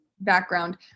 background